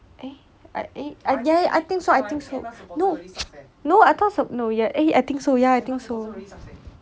eh ah eh ya I think so I think so no no I thought su~ eh no eh I think so ya I think so